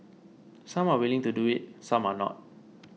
some are willing to do it some are not